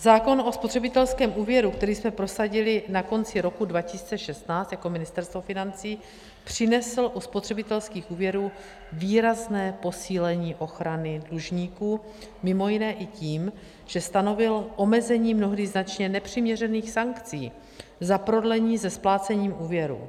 Zákon o spotřebitelském úvěru, který jsme prosadili na konci roku 2016 jako Ministerstvo financí, přinesl u spotřebitelských úvěrů výrazné posílení ochrany dlužníků mimo jiné i tím, že stanovil omezení mnohdy značně nepřiměřených sankcí za prodlení se splácením úvěru.